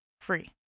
free